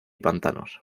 pantanos